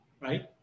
right